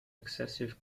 excessive